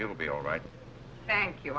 you'll be all right thank you